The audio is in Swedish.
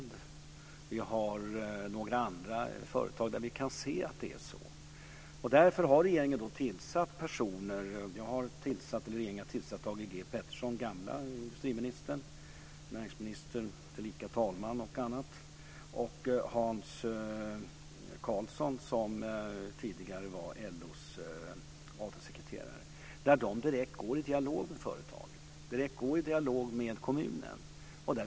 Det finns även några andra företag. Därför har regeringen engagerat Thage G Peterson - tidigare industriminister, näringsminister tillika talman - och Hans Karlsson - tidigare LO:s avtalssekreterare - för att de ska gå direkt i dialog med företagen och kommunen.